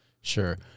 Sure